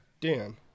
Dan